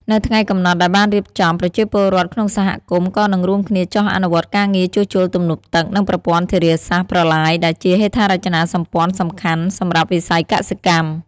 នៅថ្ងៃកំណត់ដែលបានរៀបចំ ប្រជាពលរដ្ឋក្នុងសហគមន៍ក៏នឹងរួមគ្នាចុះអនុវត្តការងារជួសជុលទំនប់ទឹក និងប្រព័ន្ធធារាសាស្ត្រ ប្រឡាយ ដែលជាហេដ្ឋារចនាសម្ព័ន្ធសំខាន់សម្រាប់វិស័យកសិកម្ម។